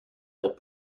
that